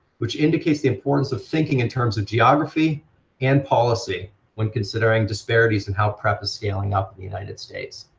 which indicates the importance of thinking in terms of geography and policy when considering disparities in how prep is scaling up in the united states.